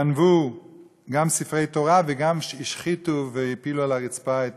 גם גנבו ספרי תורה וגם השחיתו והפילו על הרצפה את